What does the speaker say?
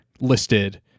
listed